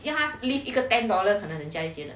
你叫他 split 一个 ten dollar 可能人家会觉得